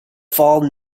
fall